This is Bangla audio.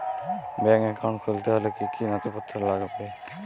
ব্যাঙ্ক একাউন্ট খুলতে হলে কি কি নথিপত্র লাগবে?